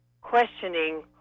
questioning